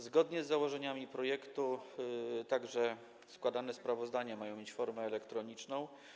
Zgodnie z założeniami projektu także składane sprawozdania mają mieć formę elektroniczną.